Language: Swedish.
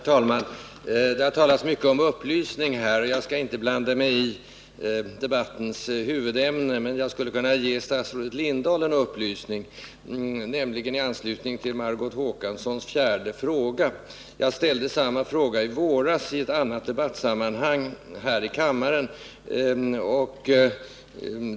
Herr talman! Här har talats mycket om upplysning. Jag skall inte blanda mig i debattens huvudämne. Men jag skulle vilja ge statsrådet Lindahl en upplysning i anslutning till Margot Håkanssons fjärde fråga. Jag ställde i våras samma fråga i ett annat debattsammanhang här i kammaren.